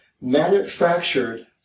Manufactured